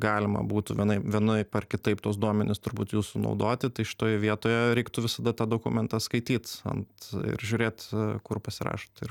galima būtų vienai vienaip ar kitaip tuos duomenis turbūt jūsų naudoti tai šitoj vietoje reiktų visada tą dokumentą skaityt ant ir žiūrėt kur pasirašot ir